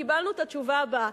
קיבלנו את התשובה הבאה: